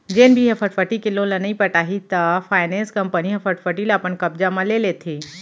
जेन भी ह फटफटी के लोन ल नइ पटाही त फायनेंस कंपनी ह फटफटी ल अपन कब्जा म ले लेथे